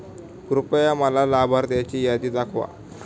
कृपया मला लाभार्थ्यांची यादी दाखवा